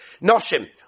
Noshim